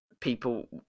people